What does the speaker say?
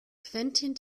quentin